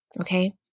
okay